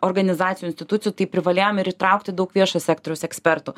organizacijų institucijų tai privalėjom ir įtraukti daug viešo sektoriaus ekspertų